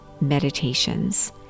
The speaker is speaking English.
meditations